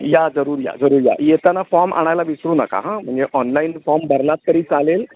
या जरूर या जरूर या येताना फॉर्म आणायला विसरू नका हां म्हणजे ऑनलाईन फॉर्म भरलात तरी चालेल